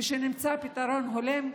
ושנמצא פתרון הולם,